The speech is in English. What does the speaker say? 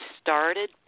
started